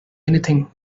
anything